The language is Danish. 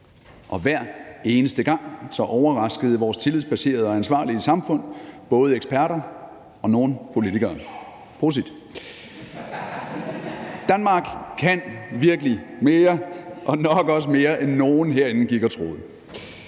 Og hver eneste gang overraskede vores tillidsbaserede og ansvarlige samfund både eksperter og nogle politikere. Danmark kan virkelig mere og nok også mere, end nogen herinde gik og troede.